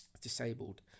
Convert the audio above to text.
disabled